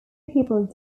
people